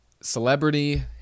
celebrity